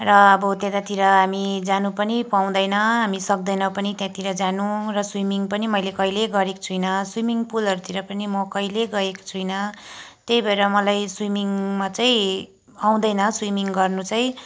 र अब त्यतातिर हामी जानु पनि पाउँदैन हामी सक्दैनौँ पनि त्यहाँतिर जानु र स्विमिङ पनि मैले कहिल्यै गरेको छुइनँ स्विमिङ पुलहरूतिर पनि म कहिल्यै गएको छुइनँ त्यही भएर मलाई स्विमिङमा चाहिँ आउँदैन स्विमिङ गर्नु चाहिँ